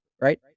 right